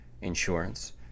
insurance